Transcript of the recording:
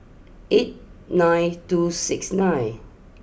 eight nine two six nine